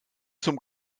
zum